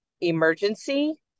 Emergency